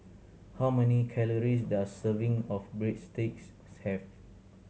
how many calories does a serving of Breadsticks have